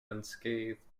unscathed